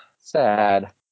sad